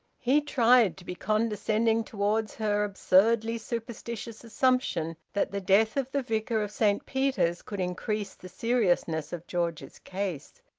he tried to be condescending towards her absurdly superstitious assumption that the death of the vicar of saint peter's could increase the seriousness of george's case.